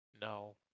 no